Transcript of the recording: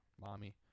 Mommy